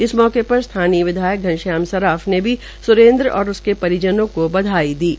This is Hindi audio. इस मौके पर स्थानीय विधायक घनश्याम सर्राफ ने भी स्रेन्द्र और उसके परिजनों को बधाई दी है